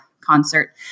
concert